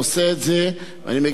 אני מגיש את זה בחקיקה נפרדת,